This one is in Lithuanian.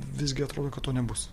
visgi atrodo kad to nebus